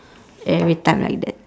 every time like that